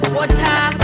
water